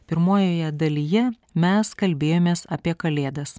pirmojoje dalyje mes kalbėjomės apie kalėdas